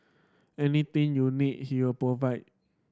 anything you need he will provide